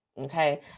Okay